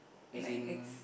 as in